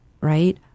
right